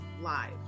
live